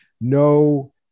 no